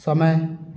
समय